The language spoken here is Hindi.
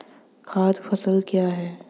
खाद्य फसल क्या है?